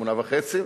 8.5%,